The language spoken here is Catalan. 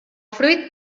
fruit